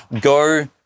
go